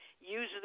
Usually